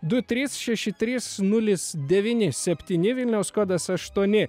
du trys šeši trys nulis devyni septyni vilniaus kodas aštuoni